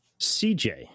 CJ